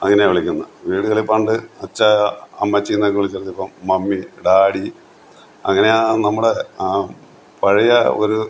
അങ്ങനെയാണ് വിളിക്കുന്നത് വീടുകളിൽ പണ്ട് അച്ഛാ അമ്മച്ചിന്നൊക്കെ വിളിച്ചെടത്ത് ഇപ്പോൾ മമ്മി ഡാഡി അങ്ങനെയാണ് നമ്മുടെ ആ പഴയ ഒരു